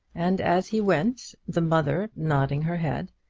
and as he went, the mother, nodding her head,